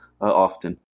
often